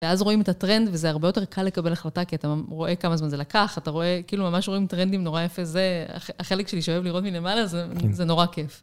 ואז רואים את הטרנד, וזה הרבה יותר קל לקבל החלטה, כי אתה רואה כמה זמן זה לקח, אתה רואה, כאילו ממש רואים טרנדים נורא יפה, זה החלק שלי שאוהב לראות מלמעלה, זה נורא כיף.